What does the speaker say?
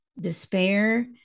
despair